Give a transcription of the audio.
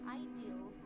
ideal